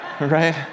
right